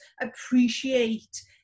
appreciate